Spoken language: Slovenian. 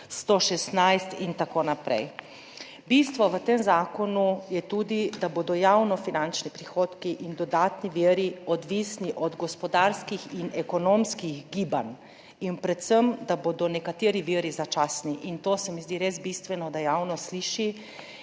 116 in tako naprej. Bistvo v tem zakonu je tudi, da bodo javnofinančni prihodki in dodatni viri odvisni od gospodarskih in ekonomskih gibanj in predvsem to, da bodo nekateri viri začasni, kar se mi zdi res bistveno, da javnost sliši.